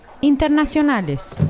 Internacionales